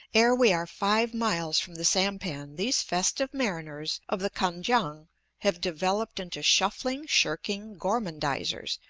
ere we are five miles from the sampan these festive mariners of the kan-kiang have developed into shuffling, shirking gormandizers,